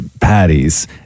patties